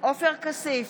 עופר כסיף,